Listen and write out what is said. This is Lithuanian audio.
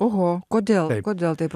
oho kodėl kodėl taip